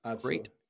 Great